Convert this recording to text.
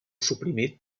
suprimit